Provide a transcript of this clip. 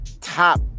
top